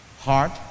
heart